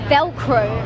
Velcro